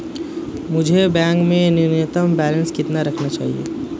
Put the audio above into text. मुझे बैंक में न्यूनतम बैलेंस कितना रखना चाहिए?